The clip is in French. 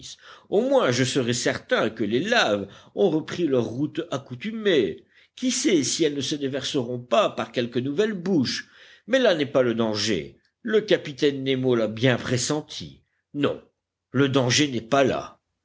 au moins je serais certain que les laves ont repris leur route accoutumée qui sait si elles ne se déverseront pas par quelque nouvelle bouche mais là n'est pas le danger le capitaine nemo l'a bien pressenti non le danger n'est pas là